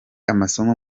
amasomo